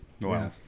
Wow